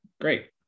great